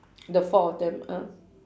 the four of them ah